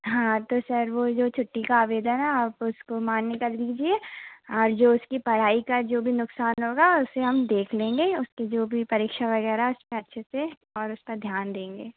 हाँ तो सर वो जो छुट्टी का अवेदन है आप उसको मान्य कर लीजिए और जो उसकी पढ़ाई का जो भी नुक़सान होगा उसे हम देख लेंगे उसकी जो भी परीक्षा वग़ैरह इस पर अच्छे से और उसका ध्यान देंगे